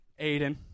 Aiden